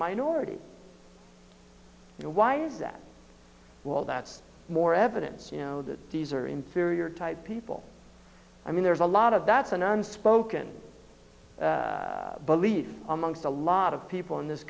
minority you know why that well that's more evidence you know that these are inferior type people i mean there's a lot of that's an unspoken belief amongst a lot of people in this